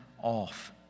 off